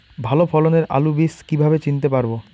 ভালো ফলনের আলু বীজ কীভাবে চিনতে পারবো?